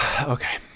Okay